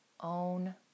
own